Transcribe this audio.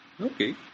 Okay